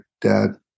dad